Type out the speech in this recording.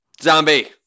Zombie